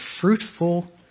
fruitful